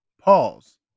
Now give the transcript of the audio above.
Pause